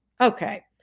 Okay